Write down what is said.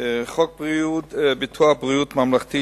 חוק ביטוח בריאות ממלכתי,